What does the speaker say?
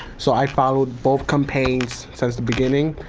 so i followed both campaigns since the beginning,